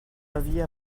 aviez